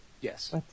Yes